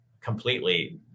completely